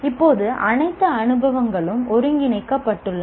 இப்போது அனைத்து அனுபவங்களும் ஒருங்கிணைக்கப்பட்டுள்ளன